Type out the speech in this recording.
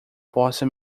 possa